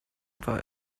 war